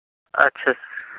اچھا